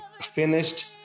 finished